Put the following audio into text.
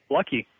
Lucky